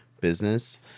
business